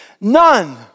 None